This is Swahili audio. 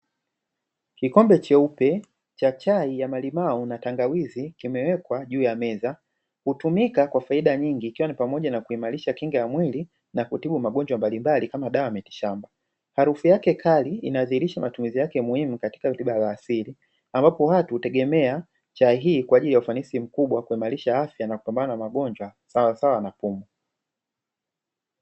Kikombe cheupe cha chai ya malimao na tangawizi kimewekwa juu ya meza. Hutumika kwa faida nyingi ikiwa ni pamoja na kuimarisha kinga ya mwili na kutibu magonjwa mbalimbali kama dawa miti shamba. Harufu yake kali inadhihirisha matumizi yake muhimu katika tiba ya asili, ambapo watu hutegemea chai hii kwa ajili ya ufanisi mkubwa wa kuimarisha afya na kupambana na magonjwa sawasawa na pumu.